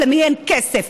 למי אין כסף.